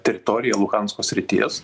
teritorija luhansko srities